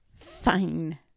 Fine